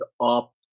up